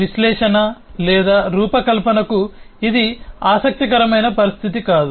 విశ్లేషణ లేదా రూపకల్పనకు ఇది ఆసక్తికరమైన పరిస్థితి కాదు